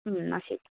എന്നാൽ ശരി